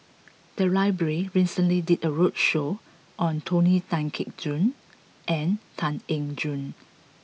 the library recently did a roadshow on Tony Tan Keng Joo and Tan Eng Joo